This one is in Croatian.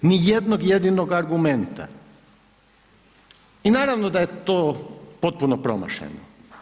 Ni jednog jedinog argumenta i naravno da je to potpuno promašeno.